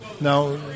Now